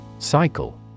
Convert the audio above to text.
Cycle